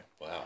Wow